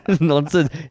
Nonsense